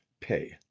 pay